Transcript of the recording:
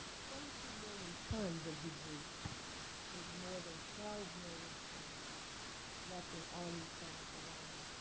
twenty two million tons of debris with more than twelve million tons left in orleans parish alone.